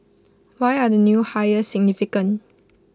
why are the new hires significant